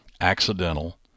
accidental